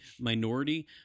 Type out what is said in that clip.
minority